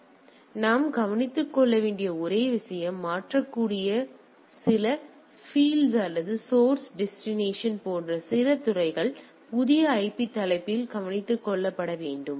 எனவே நாம் கவனித்துக் கொள்ள வேண்டிய ஒரே விஷயம் மாற்றக்கூடிய சில பில்ட்ஸ் அல்லது சோர்ஸ் டெஸ்டினேஷன் போன்ற சில துறைகள் புதிய ஐபி தலைப்பில் கவனித்துக் கொள்ளப்பட வேண்டும்